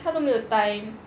他没有 time